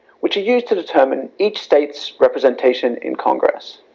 which are used to determine each state's representation in congress.